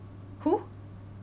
who